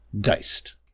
diced